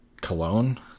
cologne